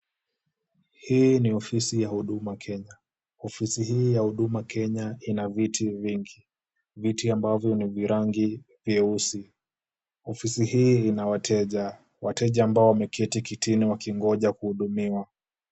Hii ni ofisi ya huduma Kenya, ofisi hii ya huduma Kenya ina viti vingi, viti ambavyo ni vya rangi vyeusi. Ofisi hii ina wateja, wateja ambao wameketi kitini wakingoja kuhudumiwa.